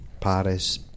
Paris